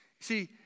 See